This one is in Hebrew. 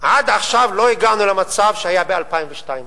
עד עכשיו לא הגענו למצב שהיה ב-2002.